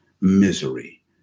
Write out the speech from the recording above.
misery